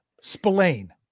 Spillane